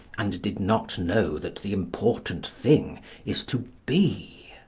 and did not know that the important thing is to be.